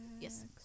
Yes